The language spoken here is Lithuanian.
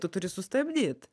tu turi sustabdyt